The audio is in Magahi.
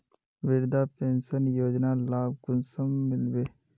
वृद्धा पेंशन योजनार लाभ कुंसम मिलबे?